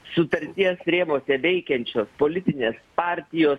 sutarties rėmuose veikiančios politinės partijos